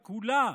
בכולה,